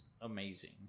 amazing